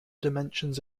dimensions